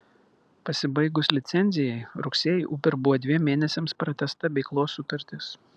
pasibaigus licencijai rugsėjį uber buvo dviem mėnesiams pratęsta veiklos sutartis